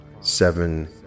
seven